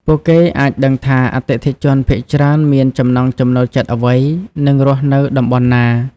ពួកគេអាចដឹងថា អតិថិជនភាគច្រើនមានចំណង់ចំណូលចិត្តអ្វី និងរស់នៅតំបន់ណា។